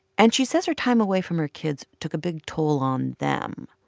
and she says her time away from her kids took a big toll on them.